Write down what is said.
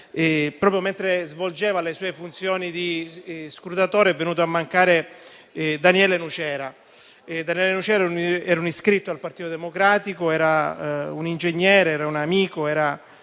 proprio mentre svolgeva le sue funzioni di scrutatore è venuto a mancare Daniele Nocera, che era un iscritto al Partito Democratico, un ingegnere, un amico. Tenace